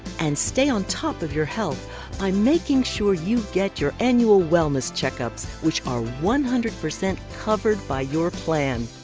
and stay on top of your health by making sure you get your annual wellness checkups which are one hundred percent covered by your plan!